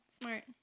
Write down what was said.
smart